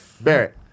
Barrett